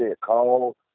call